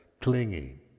clinging